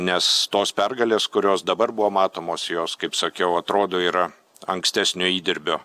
nes tos pergalės kurios dabar buvo matomos jos kaip sakiau atrodo yra ankstesnio įdirbio